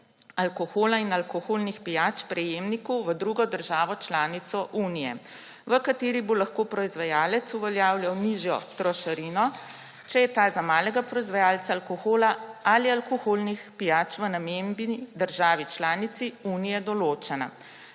alkohola in alkoholnih pijač prejemnikov v drugo državo članico Unije, v kateri bo lahko proizvajalec uveljavljal nižjo trošarino, če je ta za malega proizvajalca alkohola ali alkoholnih pijač v namembni državi članici Unije določena.